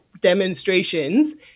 demonstrations